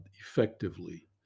effectively